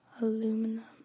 aluminum